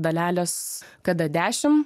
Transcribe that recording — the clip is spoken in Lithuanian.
dalelės kada dešimt